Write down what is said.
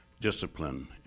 discipline